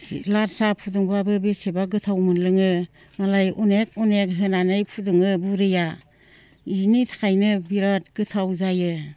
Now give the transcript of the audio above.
लाल साहा फुदुंबाबो बेसेबा गोथाव मोनलोङो मालाय अनेक अनेक होनानै फुदुङो बुरैया बेनि थाखायनो बिरात गोथाव जायो